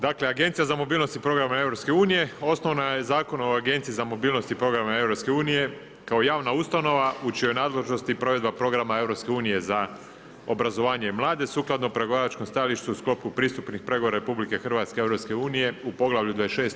Dakle Agencija za mobilnost i programe EU osnovana je Zakonom o Agenciji za mobilnost i programe EU kao javna ustanova u čijoj nadležnosti provedba programa EU za obrazovanje i mlade, sukladno pregovaračkom stajalištu u sklopu pristupnih pregovora RH i EU u poglavlju 26.